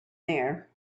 there